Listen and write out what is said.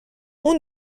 اون